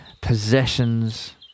possessions